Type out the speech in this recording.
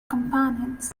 companions